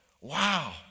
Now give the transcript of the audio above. Wow